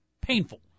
painful